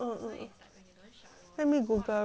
let me Google ring worm armpit